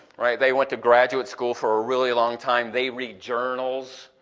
right? they went to graduate school for a really long time, they read journals,